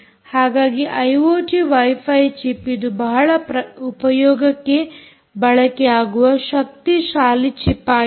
ಹಾಗಾಗಿ IoT wifi chip ಇದು ಬಹಳ ಉಪಯೋಗಕ್ಕೆ ಬಳಕೆಯಾಗುವ ಶಕ್ತಿಶಾಲಿ ಚಿಪ್ ಆಗಿದೆ